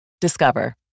Discover